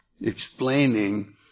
explaining